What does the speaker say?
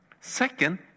Second